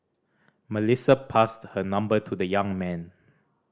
Melissa passed her number to the young man